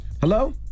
Hello